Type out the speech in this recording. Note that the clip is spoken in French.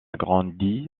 grandi